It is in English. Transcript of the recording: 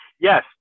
Yes